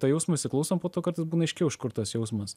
tą jausmą įsiklausom po to kartais būna aiškiau iš kur tas jausmas